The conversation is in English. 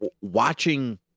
watching